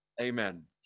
Amen